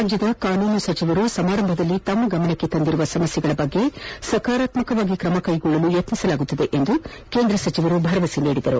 ರಾಜ್ಯ ಕಾನೂನು ಸಚಿವರು ಸಮಾರಂಭದಲ್ಲಿ ತಮ್ಮ ಗಮನಕ್ಕೆ ತಂದಿರುವ ಸಮಸ್ಥೆಗಳ ಕುರಿತು ಸಕಾರಾತ್ಮಕವಾಗಿ ಕ್ರಮ ಕೈಗೊಳ್ಳಲು ಪ್ರಯತ್ನಿಸಲಾಗುವುದು ಎಂದು ಕೇಂದ್ರ ಸಚಿವರು ಭರವಸೆ ನೀಡಿದರು